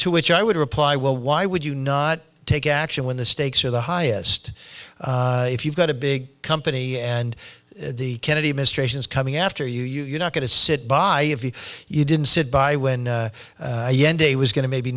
to which i would reply well why would you not take action when the stakes are the highest if you've got a big company and the kennedy administration is coming after you you're not going to sit by you didn't sit by when i was going to maybe